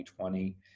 2020